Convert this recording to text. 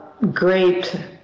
Great